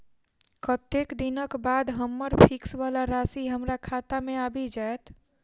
कत्तेक दिनक बाद हम्मर फिक्स वला राशि हमरा खाता मे आबि जैत?